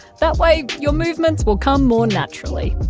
that way, your movements will come more naturally.